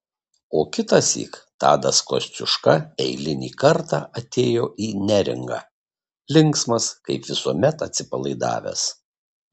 o kitąsyk tadas kosciuška eilinį kartą atėjo į neringą linksmas kaip visuomet atsipalaidavęs